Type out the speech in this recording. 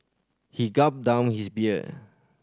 he gulped down his beer